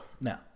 no